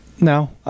No